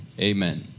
Amen